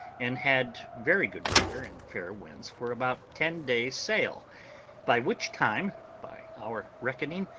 and had very good weather and fair winds for about ten days' sail by which time, by our reckoning,